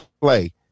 play